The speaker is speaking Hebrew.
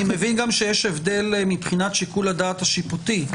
אני גם מבין שיש הבדל מבחינת שיקול הדעת השיפוטי.